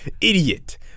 idiot